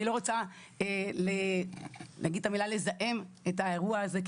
אני לא רוצה לזהם את האירוע הזה,